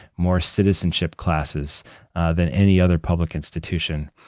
more citizenship classes than any other public institution.